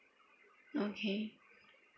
okay